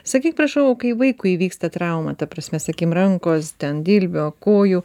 sakyk prašau kai vaikui įvyksta trauma ta prasme sakykim rankos ten dilbio kojų